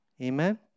Amen